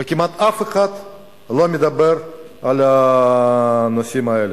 וכמעט אף אחד לא מדבר על הנושאים האלה.